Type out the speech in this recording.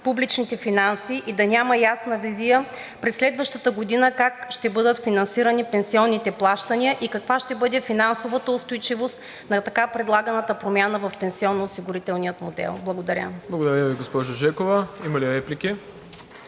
публичните финанси и да няма ясна визия през следващата година как ще бъдат финансирани пенсионните плащания и каква ще бъде финансовата устойчивост на така предлаганата промяна в пенсионноосигурителния модел. Благодаря. ПРЕДСЕДАТЕЛ МИРОСЛАВ ИВАНОВ: Благодаря Ви, госпожо Жекова. Има ли реплики?